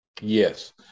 Yes